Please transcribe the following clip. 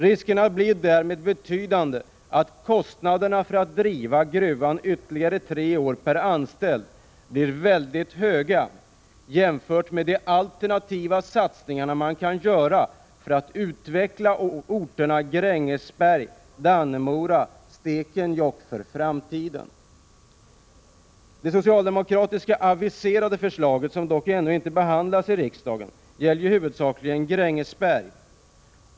Risken blir därmed stor att kostnaderna per anställd för att driva gruvan ytterligare tre år kommer att bli mycket höga, jämfört med de alternativa satsningar man kan göra för att för framtiden utveckla orterna Grängesberg, Dannemora och Stekenjokk. Det aviserade förslaget från socialdemokraterna, som dock ännu inte behandlats i riksdagen, gäller huvudsakligen Grängesberg.